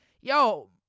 Yo